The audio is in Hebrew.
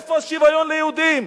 איפה השוויון ליהודים?